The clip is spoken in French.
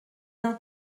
d’un